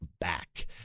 back